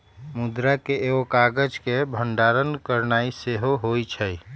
मुद्रा के एगो काज के भंडारण करनाइ सेहो होइ छइ